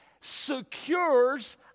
secures